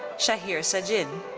shaheer sajid.